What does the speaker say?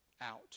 out